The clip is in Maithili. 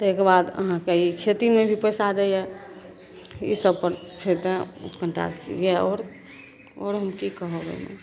ताहिके अहाँके ई खेतीमे भी पइसा दैए ईसबपर छै तेँ कनिटा जे आओर आओर हम कि कहब एहिमे